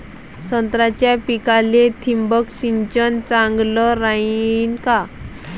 संत्र्याच्या पिकाले थिंबक सिंचन चांगलं रायीन का?